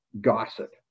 gossip